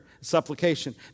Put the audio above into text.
supplication